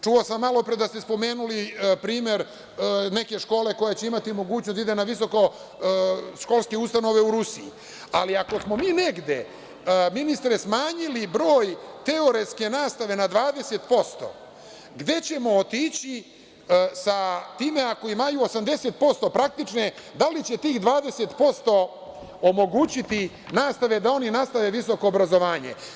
Čuo sam malopre da ste spomenuli primer neke škole koja će imati mogućnost da ide na visokoškolske ustanove u Rusiji, ali ako smo mi negde, ministre, smanjili broj teoretske nastave na 20%, gde ćemo otići sa time ako imaju 80% praktične, da li će tih 20% nastave omogućiti da oni nastave visoko obrazovanje.